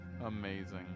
amazing